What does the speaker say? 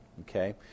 okay